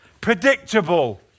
Predictable